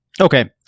Okay